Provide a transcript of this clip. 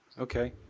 Okay